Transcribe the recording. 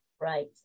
right